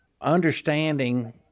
understanding